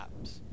apps